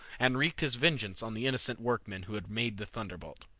and wreaked his vengeance on the innocent workmen who had made the thunderbolt.